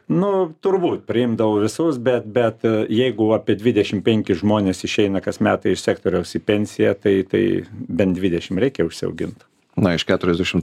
nu turbūt priimdavau visus bet bet jeigu apie dvidešim penkis žmone s išeina kas metai iš sektoriaus į pensiją tai tai bent dvidešimt reikia užsiaugint na iš keturiasdešim